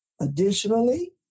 Additionally